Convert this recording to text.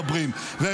הכנסת אורית פרקש הכהן.